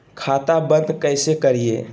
खाता बंद कैसे करिए?